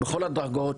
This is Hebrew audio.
בכל הדרגות,